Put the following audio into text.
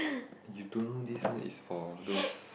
you don't know this one is for those